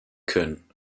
können